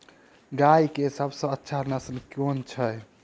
गाय केँ सबसँ अच्छा नस्ल केँ छैय?